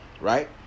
Right